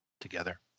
together